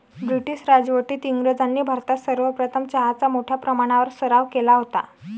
British राजवटीत इंग्रजांनी भारतात सर्वप्रथम चहाचा मोठ्या प्रमाणावर सराव केला होता